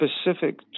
specific